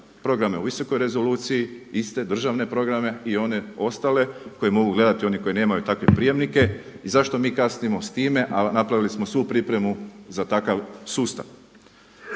programe u visokoj rezoluciji iste državne programe i one ostale koje mogu gledati oni koji nemaju takve prijemnike i zašto mi kasnimo s time, a napravili smo svu pripremu za takav sustav.